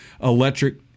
electric